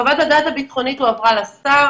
חוות הדעת הביטחונית הועברה לשר,